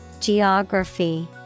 geography